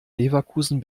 leverkusen